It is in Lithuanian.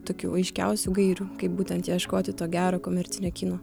tokių aiškiausių gairių kaip būtent ieškoti to gero komercinio kino